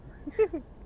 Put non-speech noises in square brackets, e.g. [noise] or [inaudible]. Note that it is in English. [laughs]